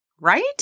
right